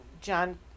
John